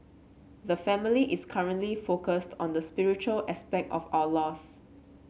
the family is currently focused on the spiritual aspect of our loss